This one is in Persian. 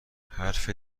حرف